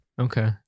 Okay